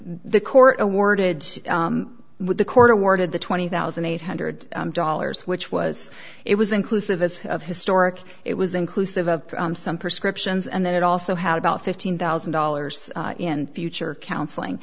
the court awarded with the court awarded the twenty thousand eight hundred dollars which was it was inclusive as of historic it was inclusive of some prescriptions and then it also had about fifteen thousand dollars in future counseling